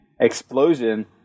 explosion